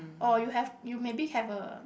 or you have you maybe have a